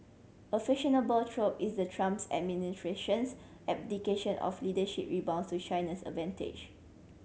a fashionable trope is the Trump's administration's abdication of leadership rebounds to China's advantage